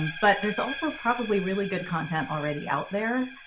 but there's also probably really good content already out there.